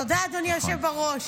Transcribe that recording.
תודה, אדוני היושב בראש.